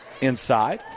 inside